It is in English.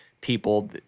People